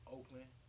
Oakland